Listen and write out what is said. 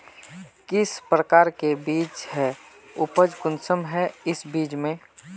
किस प्रकार के बीज है उपज कुंसम है इस बीज में?